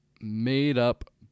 made-up